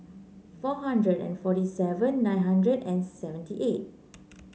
four hundred and forty seven nine hundred and seventy eight